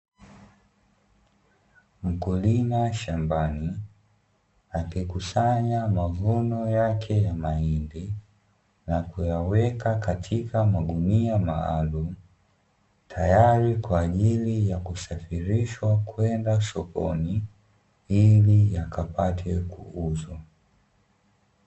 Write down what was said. Mkulima shambani, akikusanya mavuno yake ya mahindi, na kuyaweka katika magunia maalumu, tayari kwa ajili ya kusafirishwa kwenda sokoni ili yakapate kuuzwa.